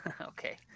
Okay